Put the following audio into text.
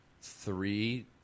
three